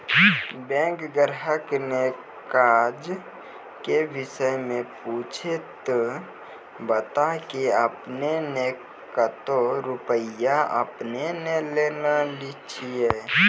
Bank ग्राहक ने काज के विषय मे पुछे ते बता की आपने ने कतो रुपिया आपने ने लेने छिए?